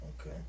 Okay